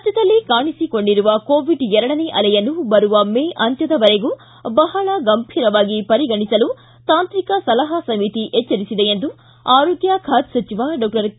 ರಾಜ್ಯದಲ್ಲಿ ಕಾಣಿಸಿಕೊಂಡಿರುವ ಕೋವಿಡ್ ಎರಡನೇ ಅಲೆಯನ್ನು ಬರುವ ಮೇ ಅಂತ್ಯದವರೆಗೂ ಬಹಳ ಗಂಭೀರವಾಗಿ ಪರಿಗಣಿಸಲು ತಾಂತ್ರಿಕ ಸಲಹಾ ಸಮಿತಿ ಎಚ್ಚರಿಸಿದೆ ಎಂದು ಆರೋಗ್ಯ ಖಾತೆ ಸಚಿವ ಡಾಕ್ಟರ್ ಕೆ